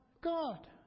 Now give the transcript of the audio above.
God